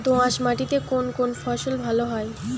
দোঁয়াশ মাটিতে কোন কোন ফসল ভালো হয়?